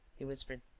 he whispered.